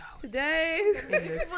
Today